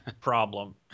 problem